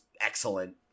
excellent